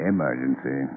Emergency